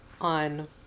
on